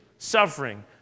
Suffering